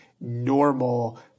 normal